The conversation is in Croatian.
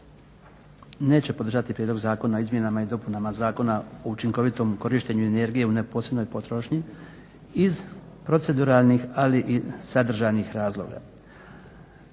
neće podržati Prijedlog zakona o izmjenama i dopunama Zakona o učinkovitom korištenju energije u neposrednoj potrošnji iz proceduralnih ali i sadržajnih razloga.